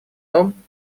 том